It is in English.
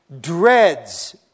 dreads